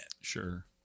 Sure